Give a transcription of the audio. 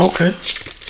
Okay